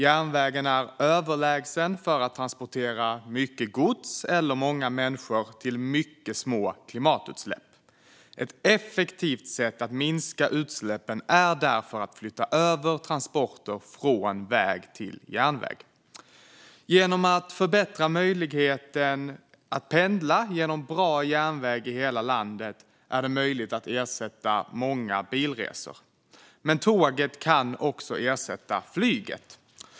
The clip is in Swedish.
Järnvägen är överlägsen för att transportera mycket gods eller många människor till mycket små klimatutsläpp. Ett effektivt sätt att minska utsläppen är därför att flytta över transporter från väg till järnväg. Genom att förbättra möjligheten att pendla med hjälp av bra järnväg i hela landet är det möjligt att ersätta många bilresor. Men tåget kan också ersätta flyget.